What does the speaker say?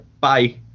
bye